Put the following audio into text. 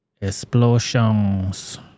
Explosions